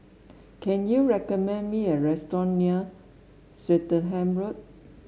can you recommend me a restaurant near Swettenham Road